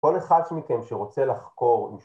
כל אחד מכם שרוצה לחקור